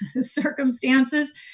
circumstances